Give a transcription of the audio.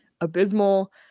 abysmal